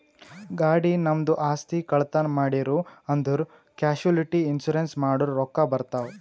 ಗಾಡಿ, ನಮ್ದು ಆಸ್ತಿ, ಕಳ್ತನ್ ಮಾಡಿರೂ ಅಂದುರ್ ಕ್ಯಾಶುಲಿಟಿ ಇನ್ಸೂರೆನ್ಸ್ ಮಾಡುರ್ ರೊಕ್ಕಾ ಬರ್ತಾವ್